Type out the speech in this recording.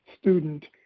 student